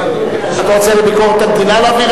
אתה רוצה להעביר את זה לביקורת המדינה?